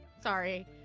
sorry